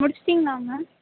முடிச்சுட்டீங்ளா ma'am